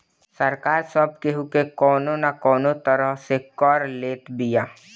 सरकार सब केहू के कवनो ना कवनो तरह से कर ले लेत बिया